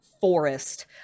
forest